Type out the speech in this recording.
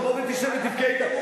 אז בוא ותשב ותבכה אתנו,